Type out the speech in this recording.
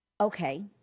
Okay